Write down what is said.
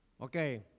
Okay